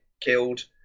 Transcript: killed